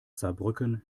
saarbrücken